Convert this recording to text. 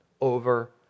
over